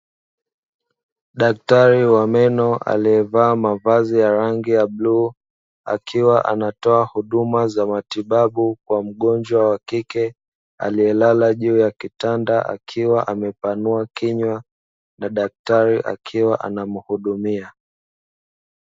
Daktari wa meno aliyevaa mavazi ya rangi ya bluu akiwa anatoa huduma za matibabu kwa mgonjwa wa kike, aliyelala juu ya kitanda akiwa amepanua kinywa na daktari akiwa anamhudumia.